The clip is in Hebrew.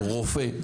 רופא,